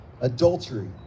Adultery